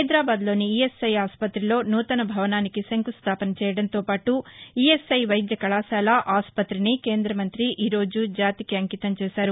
హైదరాబాద్లోని ఇఎస్ఐ ఆసుపత్రిలో నూతన భవనానికి శంకుస్దాపన చేయడంతోపాటు ఇఎస్ఐ వైద్య కళాశాల ఆసుపత్రిని కేంద్రమంత్రి ఈ రోజు జాతికి అంకితం చేశారు